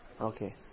Okay